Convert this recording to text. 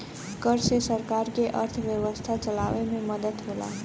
कर से सरकार के अर्थव्यवस्था चलावे मे मदद होला